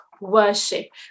worship